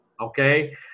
okay